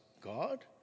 God